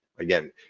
Again